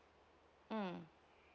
mm